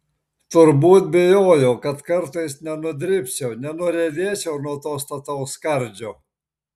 turbūt bijojo kad kartais nenudribčiau nenuriedėčiau nuo to stataus skardžio